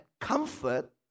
comfort